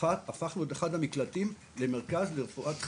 והפכנו את אחד המקלטים למרכז לרפואת חירום.